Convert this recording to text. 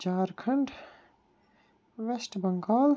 Jharkhand West Bengal